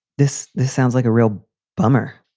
this this sounds like a real bummer.